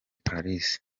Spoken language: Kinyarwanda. clarisse